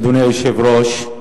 אדוני היושב-ראש,